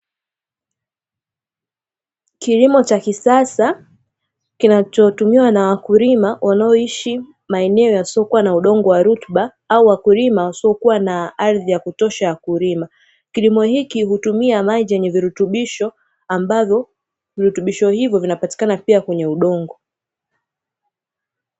Kilimo cha kisasa kinachotumiwa na wakulima wanaoishi maeneo yasiyokuwa na udongo wa rutuba au wakulima wasiokuwa na ardhi ya kutosha ya kulima. Kilimo hiki hutumia maji yenye virutubisho ambavyo virutubisho hivyo vinapatikana pia kwenye udongo.